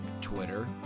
Twitter